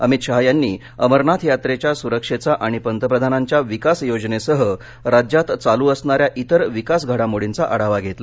अमित शहा यांनी अमरनाथ यात्रेच्या सुरक्षेचा आणि पंतप्रधानांच्या विकास योजनेसह राज्यात चालू असणाऱ्या इतर विकास घडामोडींचा आढावा घेतला